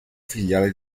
filiale